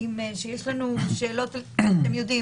ויש לנו שאלות עליהם.